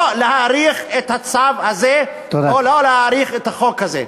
לא להאריך את הצו הזה או לא להאריך את החוק הזה.